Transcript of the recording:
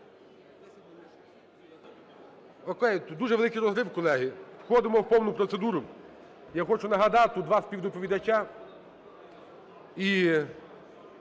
колеги… Дуже великий розрив, колеги, входимо в повну процедуру. Я хочу нагадати, тут два співдоповідача.